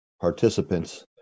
participants